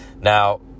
Now